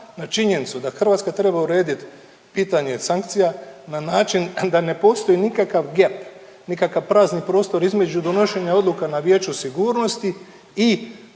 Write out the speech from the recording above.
na činjenicu da Hrvatska treba uredit pitanje sankcija na način da ne postoji nikakav gep, nikakav prazni prostor između donošenja odluka na Vijeću sigurnosti i